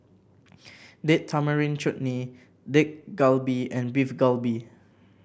Date Tamarind Chutney Dak Galbi and Beef Galbi